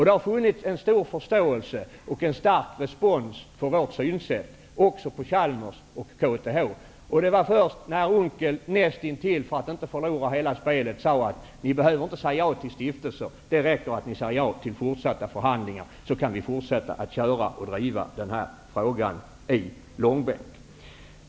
Det har funnits en stor förståelse och en stark respons för vårt synsätt också på Chalmers och KTH. Det är först sedan Per Unckel för att inte förlora hela spelet sade ''Ni behöver inte säga ja till stiftelser, det räcker att ni säger ja till fortsatta förhandlingar'' som vi kan fortsätta att driva frågan i långbänk.